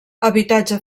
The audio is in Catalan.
habitatge